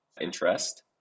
interest